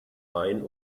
ein